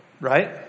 right